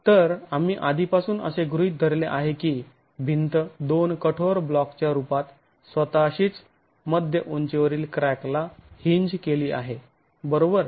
तर आम्ही आधीपासून असे गृहीत धरले आहे की भिंत दोन कठोर ब्लॉकच्या रूपात स्वतःशीच मध्य उंचीवरील क्रॅक ला हींज केली आहे बरोबर